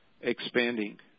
expanding